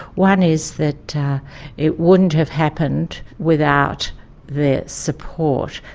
one is that it wouldn't have happened without the support,